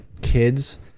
kids